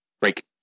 break